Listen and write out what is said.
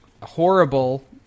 horrible